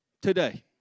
Today